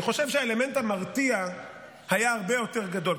אני חושב שהאלמנט המרתיע היה הרבה יותר גדול.